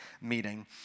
meeting